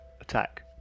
attack